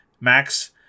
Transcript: Max